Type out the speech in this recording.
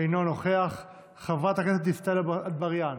אינו נוכח, חברת הכנסת דיסטל אטבריאן,